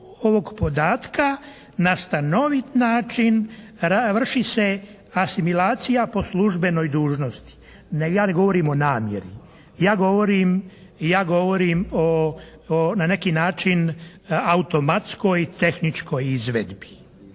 ovog podatka na stanovit način vrši se asimilacija po službenoj dužnosti. Ja ne govorim o namjeri, ja govorim o na neki način automatskoj tehničkoj izvedbi.